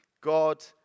God